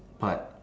but